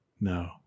no